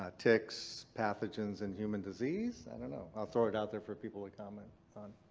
ah ticks, pathogens, and human disease. i don't know. i'll throw it out there for people to comment on.